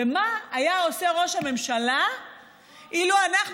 ומה היה עושה ראש הממשלה אילו אנחנו